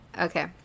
Okay